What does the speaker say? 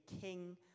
king